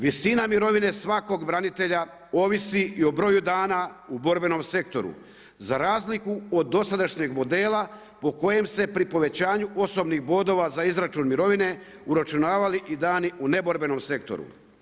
Visina mirovine svakog branitelja ovisi i o broju dana u borbenom sektoru za razliku od dosadašnjeg modela pri kojem se pri povećanju osobnih bodova za izračun mirovine uračunavali i dani u neborbenom sektoru.